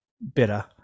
better